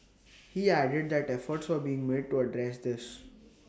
he added that efforts were being made to address this